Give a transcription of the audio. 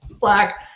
black